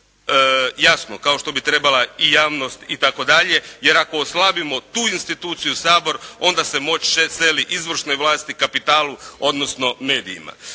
kao što bi trebala i javnost itd., jer ako oslabimo tu instituciju Sabor, onda se moć seli izvršnoj vlasati, kapitalu, odnosno medijima.